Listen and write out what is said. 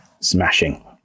Smashing